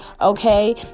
okay